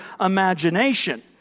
imagination